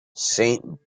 saint